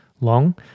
long